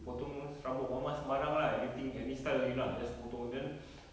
potong sem~ rambut mama sembarang lah anything any style you nak just potong then